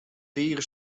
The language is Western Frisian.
tige